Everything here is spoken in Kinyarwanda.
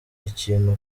ikintu